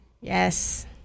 Yes